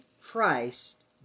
christ